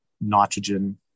nitrogen